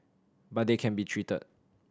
but they can be treated